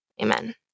amen